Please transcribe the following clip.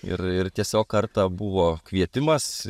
ir ir tiesiog kartą buvo kvietimas